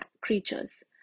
creatures